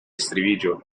estribillo